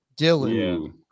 Dylan